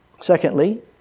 secondly